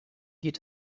geht